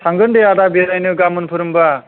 थांगोन दे आदा बेरायनो गाबोनफोर होम्बा